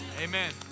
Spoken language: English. Amen